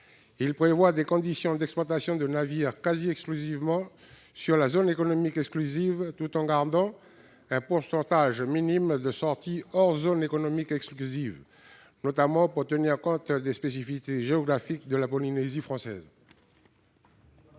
Il prévoit des conditions d'exploitation des navires quasi exclusivement sur la zone économique exclusive, ou ZEE, en gardant un pourcentage minime de sortie hors de cette zone, notamment pour tenir compte des spécificités géographiques de la Polynésie française.